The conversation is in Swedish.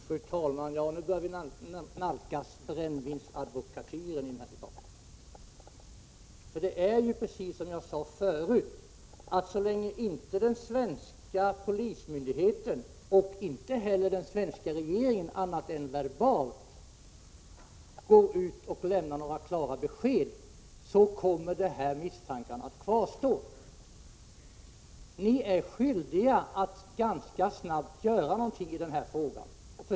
Fru talman! Ja, nu börjar vi nalkas brännvinsadvokatyren i den här debatten. Det är precis som jag förut sagt, nämligen att så länge den svenska polismyndigheten eller den svenska regeringen — annat än verbalt — inte går ut med klara besked kommer misstankarna mot kurderna att kvarstå. Ni är skyldiga att ganska snabbt göra någonting i den här frågan!